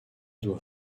doit